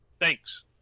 Thanks